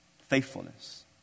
faithfulness